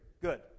Good